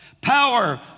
Power